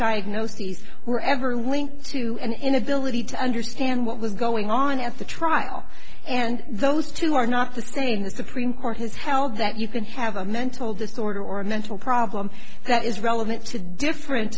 diagnoses were ever linked to an inability to understand what was going on at the trial and those two are not the same the supreme court has held that you can have a mental disorder or a mental problem that is relevant to different